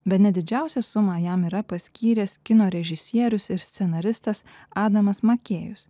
bene didžiausią sumą jam yra paskyręs kino režisierius ir scenaristas adamas makėjus